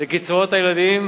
לקצבאות הילדים